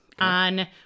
on